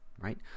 right